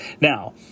Now